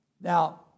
Now